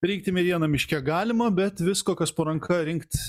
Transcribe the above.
rinkti medieną miške galima bet visko kas po ranka rinkt